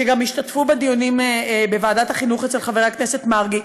שגם השתתפו בדיונים בוועדת החינוך אצל חבר הכנסת מרגי,